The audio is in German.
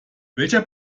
welcher